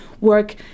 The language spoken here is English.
work